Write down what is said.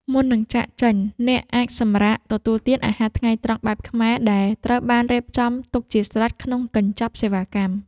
មុននឹងចាកចេញ អ្នកអាចសម្រាកទទួលទានអាហារថ្ងៃត្រង់បែបខ្មែរដែលត្រូវបានរៀបចំទុកជាស្រេចក្នុងកញ្ចប់សេវាកម្ម។